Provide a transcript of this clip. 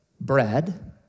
bread